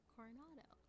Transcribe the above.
Coronado